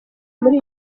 muri